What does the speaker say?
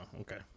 okay